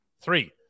three